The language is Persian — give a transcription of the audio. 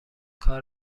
کار